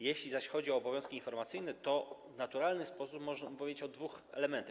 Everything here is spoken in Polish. Jeśli zaś chodzi o obowiązki informacyjne, to w naturalny sposób możemy powiedzieć o dwóch elementach.